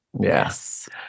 Yes